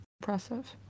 impressive